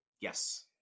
Yes